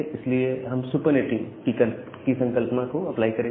इसलिए यहां पर हम सुपर्नेटिंग की संकल्पना को अप्लाई करेंगे